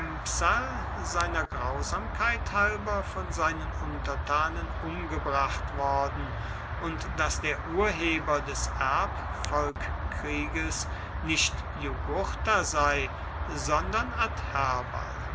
seiner grausamkeit halber von seinen untertanen umgebracht worden und daß der urheber des erbfolgkrieges nicht jugurtha sei sondern